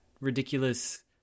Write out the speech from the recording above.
ridiculous